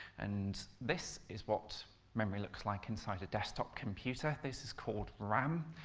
and this is what memory looks like inside a desktop computer. this is called ram.